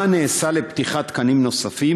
1. מה נעשה לפתיחת תקנים נוספים?